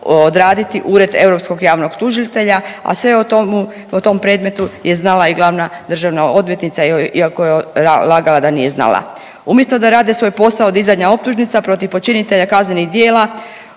odraditi Ured europskog javnog tužitelja, a sve o tomu, o tom predmetu je znala i glavna državna odvjetnica, iako je lagala da nije znala. Umjesto da rade svoj posao dizanja optužnica protiv počinitelja kaznenih djela,